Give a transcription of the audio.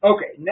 Okay